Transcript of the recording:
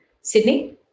Sydney